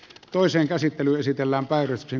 toisen käsittely esitellään pääriskin